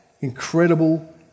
incredible